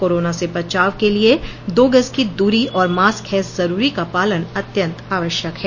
corona से बचाव के लिये दो गज की दूरी और मास्क है जरूरी का पालन अत्यन्त आवश्यक है